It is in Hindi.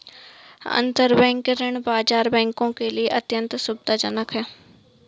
अंतरबैंक ऋण बाजार बैंकों के लिए अत्यंत सुविधाजनक है